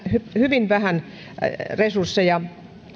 hyvin vähän resursseja